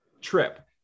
trip